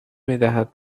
میدهد